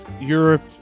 Europe